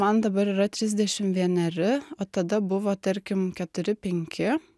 man dabar yra trisdešimt vieneri o tada buvo tarkim keturi penki